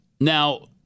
now